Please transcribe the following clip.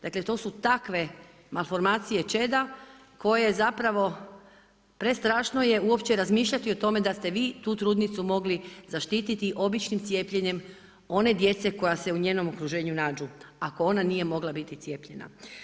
Dakle to su takve malformacije čeda koje zapravo prestrašno je uopće razmišljati da ste vi tu trudnicu mogli zaštiti običnim cijepljenjem one djece koja se u njenom okruženju nađu ako ona nije mogla biti cijepljena.